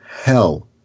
hell